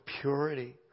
purity